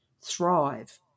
thrive